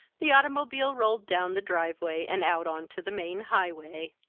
the automobile rolled down the driveway and out on to the main highway.